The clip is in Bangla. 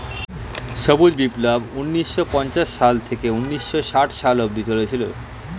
সবুজ বিপ্লব ঊন্নিশো পঞ্চাশ সাল থেকে ঊন্নিশো ষাট সালে অব্দি চলেছিল